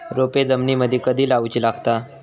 रोपे जमिनीमदि कधी लाऊची लागता?